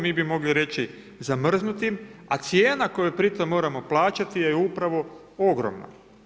Mi bi mogli reći, zamrznutim, a cijena koju pri tom moramo plaćati je upravo ogromna.